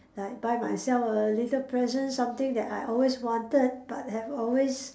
like buy myself a little present something that I always wanted but have always